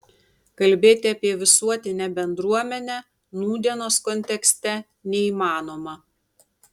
kalbėti apie visuotinę bendruomenę nūdienos kontekste neįmanoma